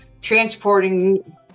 transporting